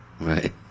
Right